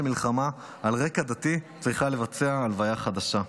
מלחמה על רקע דתי שצריכה לערוך הלוויה חדשה.